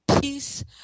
peace